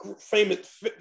famous